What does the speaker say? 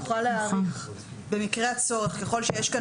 יוכל להאריך במקרה הצורך ככל שיש כאן